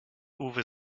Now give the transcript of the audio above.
uwe